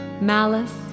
malice